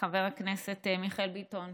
חבר הכנסת מיכאל ביטון,